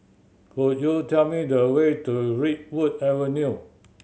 could you tell me the way to Redwood Avenue